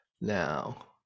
Now